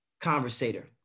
conversator